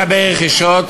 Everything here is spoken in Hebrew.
הפרלמנטרי.